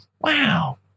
wow